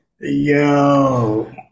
yo